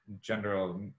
general